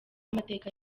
amateka